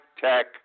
tech